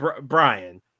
Brian